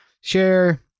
share